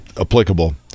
applicable